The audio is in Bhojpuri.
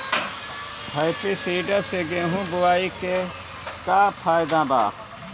हैप्पी सीडर से गेहूं बोआई के का फायदा बा?